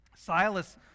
Silas